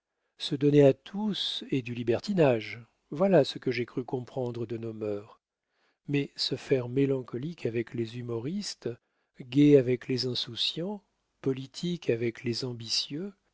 se donner à tous est du libertinage voilà ce que j'ai cru comprendre de nos mœurs mais se faire mélancolique avec les humoristes gaie avec les insouciants politique avec les ambitieux